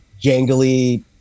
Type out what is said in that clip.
jangly